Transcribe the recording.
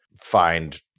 find